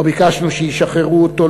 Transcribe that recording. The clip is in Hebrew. לא ביקשנו שישחררו אותו,